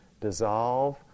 dissolve